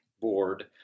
board